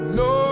no